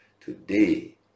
today